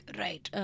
right